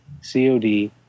COD